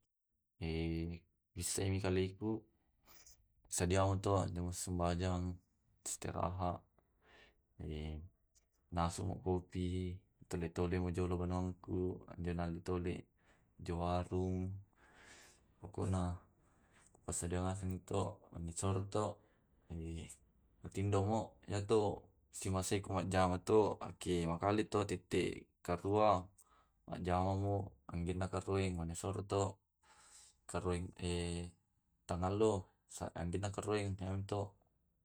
Eh Bissai kaleku sadiama to amanjo sumpajang, istiraha nasu na kopi tole tole ma jolo bananku, menantole jo warung. Pokokna pasadiangan to esolo to, eh matindomo iyato simase ko majama to pake makale to tette karua manjama mo angkena karoeng mane masoro to karoeng eh tangallo saba dena karoeng yamto